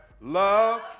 love